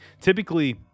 typically